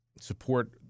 support